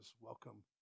welcome